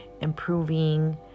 improving